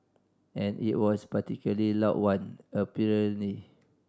and it was particularly loud one apparently